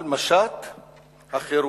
על משט החירות.